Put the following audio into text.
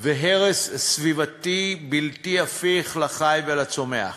והרס סביבתי בלתי הפיך לחי ולצומח.